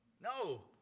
No